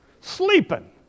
Sleeping